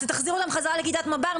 אתה תחזיר אותם חזרה לכיתת מב"ר?